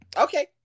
Okay